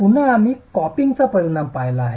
पुन्हा आम्ही कॅपिंगचा परिणाम पाहिला आहे